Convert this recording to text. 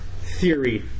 theory